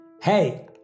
Hey